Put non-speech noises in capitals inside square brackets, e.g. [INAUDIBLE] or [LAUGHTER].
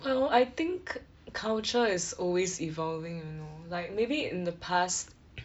err no I think culture is always evolving you know like maybe in the past [COUGHS]